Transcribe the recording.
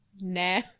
nah